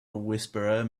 whisperer